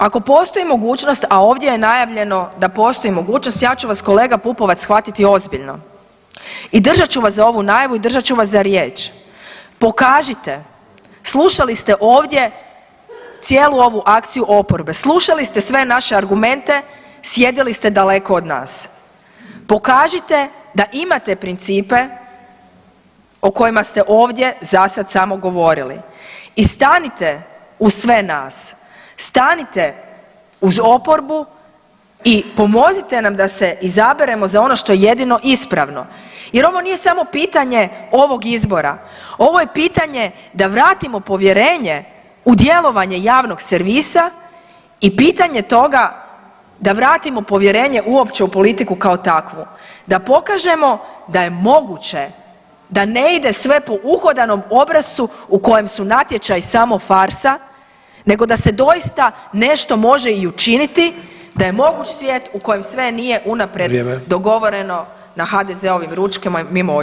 Ako postoji mogućnost a ovdje je najavljeno da postoji mogućnost, ja ću vas kolega Pupovac shvatiti ozbiljno i držat ću vas za ovu najavu i držat ću vas za riječ, pokažite, slušali ste ovdje cijelu ovu akciju oporbe, slušali ste sve naše argumente, sjedili ste daleko od nas, pokažite da imate principe o kojima ste ovdje zasad samo govorili i stanite u z sve nas, stanite uz oporbu i pomozite nam da se izaberemo za ono što je jedino ispravno jer ovo nije samo pitanje ovog izbora, ovo je pitanje da vratimo povjerenje u djelovanje javnog servisa i pitanje toga da vratimo povjerenje uopće u politiku kao takvu, da pokažemo da je moguće da ne ide sve po uhodanom obrascu u kojem su natječaji samo farsa, nego da se dosita nešto može i učiniti, da je moguć svijet u kojem sve nije [[Upadica Sanader: Vrijeme.]] unaprijed dogovoreno na HDZ-ovim ručkovima mimo očiju javnosti.